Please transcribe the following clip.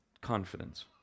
confidence